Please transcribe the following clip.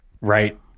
right